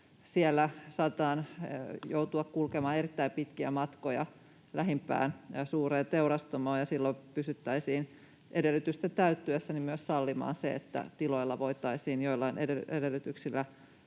siellä saatetaan joutua kulkemaan erittäin pitkiä matkoja lähimpään suureen teurastamoon, niin pystyttäisiin edellytysten täyttyessä sallimaan se, että tiloilla voitaisiin joillakin edellytyksillä